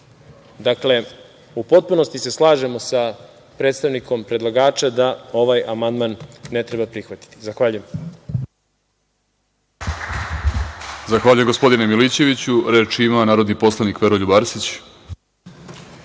Roma. Dakle, u potpunosti se slažemo sa predstavnikom predlagača da ovaj amandman ne treba prihvatiti. Zahvaljujem. **Vladimir Orlić** Zahvaljujem, gospodine Milićeviću. Reč ima narodni poslanik Veroljub Arsić.